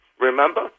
Remember